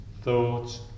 thoughts